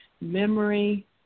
memory